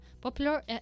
popular